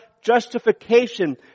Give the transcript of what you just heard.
justification